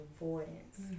avoidance